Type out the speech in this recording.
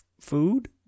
food